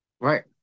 Right